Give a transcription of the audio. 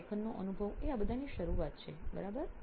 તો લેખનનો અનુભવ એ આ બધાની શરૂઆત છે બરાબર